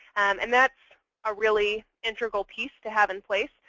and that's a really integral piece to have in place.